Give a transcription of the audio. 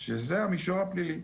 שהוא המישור הפלילי,